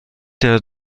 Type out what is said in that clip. der